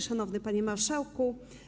Szanowny Panie Marszałku!